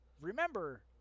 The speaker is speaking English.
Remember